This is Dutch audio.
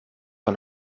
van